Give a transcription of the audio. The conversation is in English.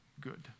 good